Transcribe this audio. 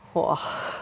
!wah!